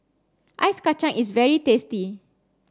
Ice Kachang is very tasty